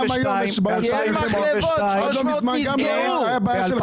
גם היום -- עד לא מזמן גם לא היה.